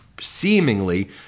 seemingly